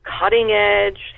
cutting-edge